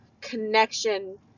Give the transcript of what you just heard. connection